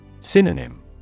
Synonym